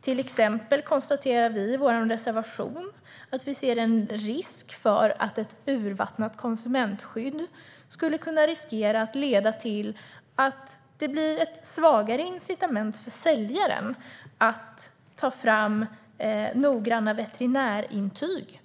Till exempel konstaterar vi i vår reservation att det finns en risk för att ett urvattnat konsumentskydd skulle riskera att leda till svagare incitament för säljaren att ta fram noggranna veterinärintyg.